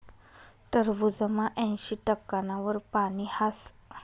टरबूजमा ऐंशी टक्काना वर पानी हास